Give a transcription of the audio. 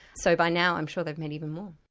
so by now i'm sure they've made even more.